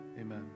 Amen